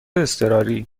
اضطراری